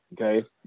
Okay